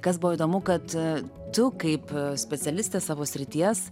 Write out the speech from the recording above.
kas buvo įdomu kad tu kaip specialistė savo srities